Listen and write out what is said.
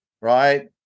Right